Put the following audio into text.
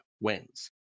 wins